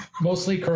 Mostly